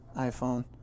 iPhone